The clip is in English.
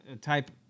type